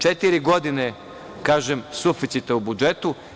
Četiri godine, kažem, suficita u budžetu.